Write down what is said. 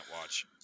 watch